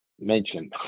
mention